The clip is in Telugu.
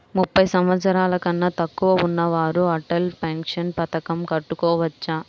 ముప్పై సంవత్సరాలకన్నా తక్కువ ఉన్నవారు అటల్ పెన్షన్ పథకం కట్టుకోవచ్చా?